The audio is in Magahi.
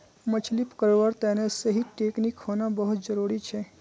मछली पकड़वार तने सही टेक्नीक होना बहुत जरूरी छ